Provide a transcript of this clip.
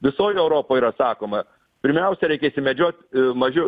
visoj europoj yra sakoma pirmiausia reikia išsimedžiot mažiu